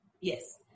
Yes